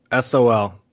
Sol